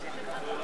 אדוני היושב-ראש,